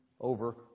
over